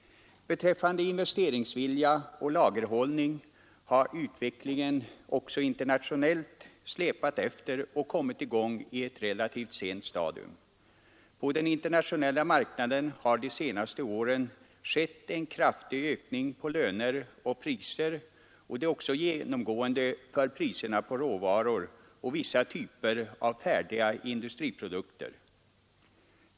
Beträffande investeringsvilja och lagerhållning har utvecklingen också internationellt släpat efter och kommit i gång på ett relativt sent stadium. På den internationella marknaden har de senaste åren skett en kraftig ökning av löner och priser, som är genomgående för råvaror och för vissa typer av färdiga industriprodukter.